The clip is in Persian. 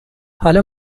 حالا